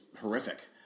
horrific